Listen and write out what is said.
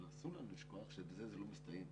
אבל אסור לנו לשכוח שבזה זה לא מסתיים.